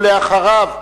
ולאחריו,